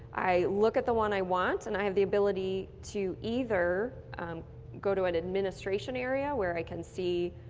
i look at the one i want, and i have the ability to either go to an administration area where i can see